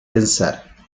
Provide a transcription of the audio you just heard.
pensar